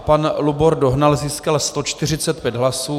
Pan Lubor Dohnal získal 145 hlasů.